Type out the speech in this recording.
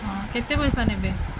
ହଁ କେତେ ପଇସା ନେବେ